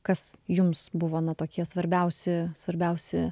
kas jums buvo na tokie svarbiausi svarbiausi